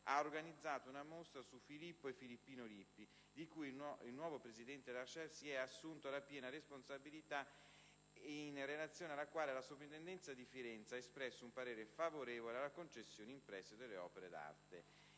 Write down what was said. ha organizzato una mostra su Filippo e Filippino Lippi, di cui il nuovo presidente Larcher si è assunto la piena responsabilità e in relazione alla quale la soprintendenza di Firenze ha espresso un parere favorevole alla concessione in prestito delle opere d'arte.